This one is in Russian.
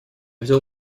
взял